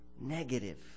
negative